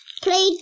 play